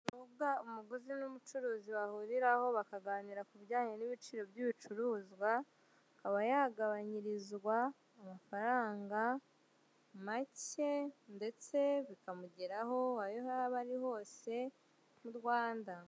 Urubuga umuguzi n'umucuruzi bahuriraho bakaganira ku bijyanye n'ibiciro by'ibicuruzwa, akaba yagabanyirizwa amafaranga make ndetse bikamugeraho aho yaba ari hose mu Rwanda.